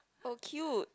oh cute